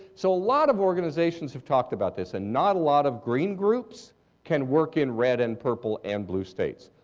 so a lot of organizations have talked about this and not a lot of green groups can work in red and purple and blue states.